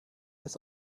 ist